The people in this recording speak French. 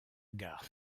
gare